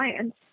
science